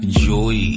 joy